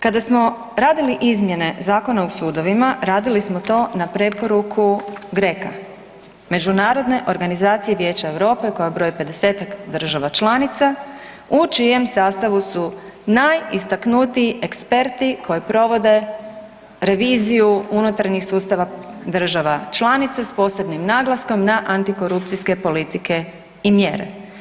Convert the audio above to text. Kada smo radili izmjene Zakona o sudovima radili smo to na preporuku GRECO-a Međunarodne organizacije Vijeća Europe koja broji pedesetak država članica u čijem sastavu su najistaknutiji eksperti koje provode reviziju unutarnjih sustava država članica s posebnim naglaskom na antikorupcijske politike i mjere.